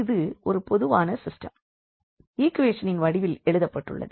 இது ஒரு பொதுவான சிஸ்டம் ஈக்வேஷனின் வடிவில் எழுதப் பட்டுள்ளது